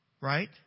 right